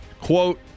Quote